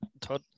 Todd